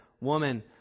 woman